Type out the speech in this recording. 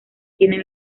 tienen